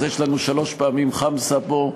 אז יש לנו שלוש פעמים חמסה פה,